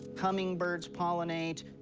hummingbirds pollinate.